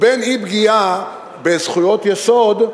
ובין אי-פגיעה בזכויות יסוד,